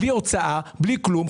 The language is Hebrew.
בלי הוצאה ובלי כלום,